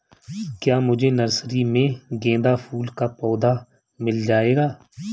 क्या मुझे नर्सरी में गेंदा फूल का पौधा मिल जायेगा?